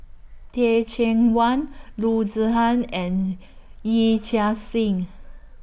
Teh Cheang Wan Loo Zihan and Yee Chia Hsing